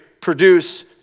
produce